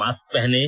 mask पहनें